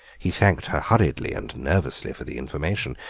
he thanked her hurriedly and nervously for the information,